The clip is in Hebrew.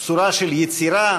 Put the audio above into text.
בשורה של יצירה,